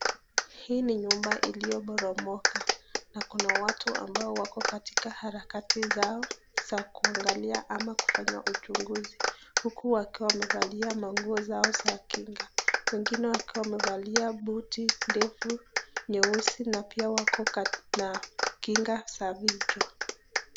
Hii ni nyumba iliyoboromoka na kuna watu ambao wako katika harakati zao za kuangalia ama kufanya uchunguzi. Huku wakiwa wamevalia manguo zao za kinga, wengine wakiwa wamevalia buti ndefu nyeusi na pia wako na kinga za vichwa.